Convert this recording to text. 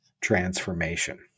transformation